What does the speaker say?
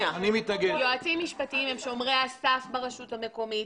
יועצים משפטיים הם שומרי הסף ברשות המקומית.